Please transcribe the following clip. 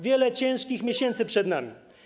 Wiele ciężkich miesięcy przed nami.